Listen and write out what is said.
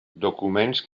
documents